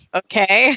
okay